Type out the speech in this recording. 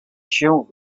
się